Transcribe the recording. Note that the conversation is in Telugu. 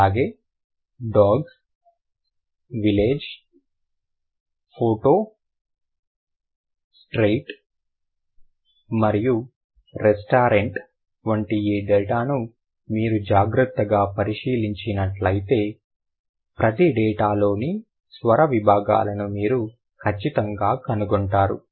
అలాగే డాగ్స్ విలేజ్ ఫోటో స్ట్రెయిట్ మరియు రెస్టారెంట్ వంటి ఈ డేటాను మీరు జాగ్రత్తగా పరిశీలించినట్లయితే ప్రతి డేటాలోని స్వర విభాగాలను మీరు ఖచ్చితంగా కనుగొంటారు